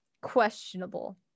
questionable